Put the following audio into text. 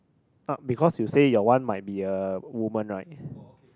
uh because you say your one might be a woman right